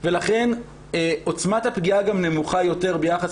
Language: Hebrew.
ולכן עוצמת הפגיעה גם נמוכה יותר ביחס